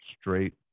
straight